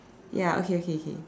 ya okay okay okay